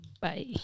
Bye